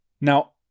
Now